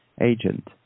agent